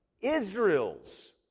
Israel's